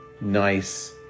nice